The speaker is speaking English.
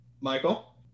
Michael